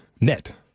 net